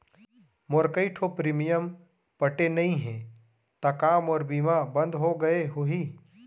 मोर कई ठो प्रीमियम पटे नई हे ता का मोर बीमा बंद हो गए होही?